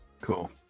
Cool